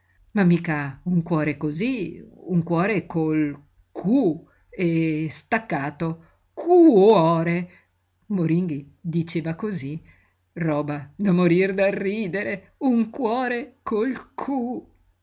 ma mica un cuore cosí un cuore col q e staccato qu-ore moringhi diceva cosí roba da morir dal ridere un cuore col